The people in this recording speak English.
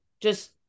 Just-